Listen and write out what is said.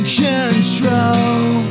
control